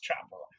travel